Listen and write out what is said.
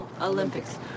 Olympics